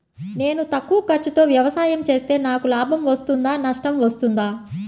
నేను తక్కువ ఖర్చుతో వ్యవసాయం చేస్తే నాకు లాభం వస్తుందా నష్టం వస్తుందా?